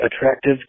attractive